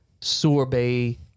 Sorbet